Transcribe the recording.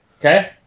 Okay